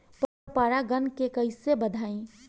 पर परा गण के कईसे बढ़ाई?